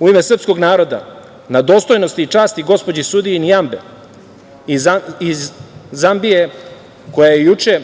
u ime srpskog naroda, na dostojnosti i časti gospođi sudiji Nijabe iz Zambije, koja je juče